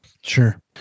Sure